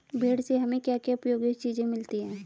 भेड़ से हमें क्या क्या उपयोगी चीजें मिलती हैं?